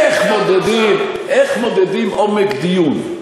איך מודדים עומק דיון?